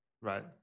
Right